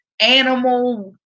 animal